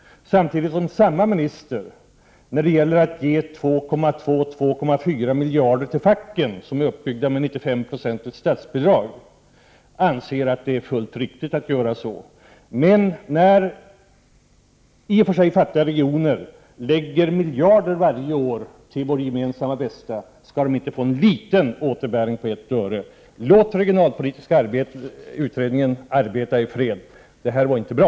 Samtidigt anser statsrådet att det är fullt riktigt att ge 2,2-2,4 miljarder till facken, som är uppbyggda med 95-procentigt statsbidrag. Men när i och för sig fattiga regioner varje år lägger miljarder till vårt gemensamma bästa, skall de inte få en liten återbäring på 1 öre. Låt den regionalpolitiska utredningen arbeta i fred! Detta var inte bra.